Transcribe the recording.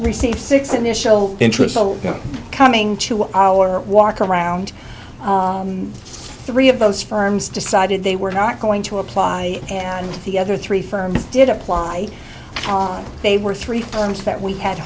received six initial interest so coming to our walk around three of those firms decided they were not going to apply and the other three firms did apply they were three terms that we had